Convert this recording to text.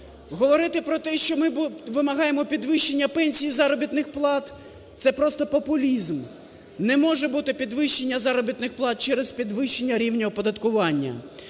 Говорити про те, що ми вимагаємо підвищення пенсій і заробітних плат, – це просто популізм. Не може бути підвищення заробітних плат через підвищення рівня оподаткування.